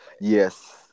Yes